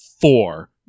four